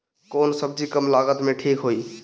कौन सबजी कम लागत मे ठिक होई?